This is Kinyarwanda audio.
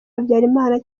habyarimana